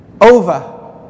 over